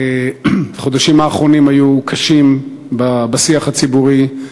החודשים האחרונים היו קשים בשיח הציבורי,